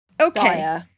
Okay